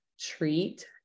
treat